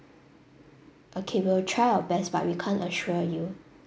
okay we'll try our best but we can't assure you